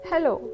Hello